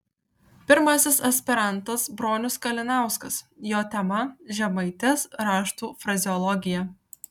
pirmasis aspirantas bronius kalinauskas jo tema žemaitės raštų frazeologija